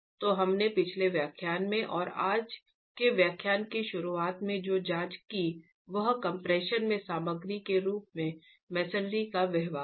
तो हमने पिछले व्याख्यान में और आज के व्याख्यान की शुरुआत में जो जांच की वह कम्प्रेशन में सामग्री के रूप में मसनरी का व्यवहार है